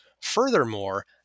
Furthermore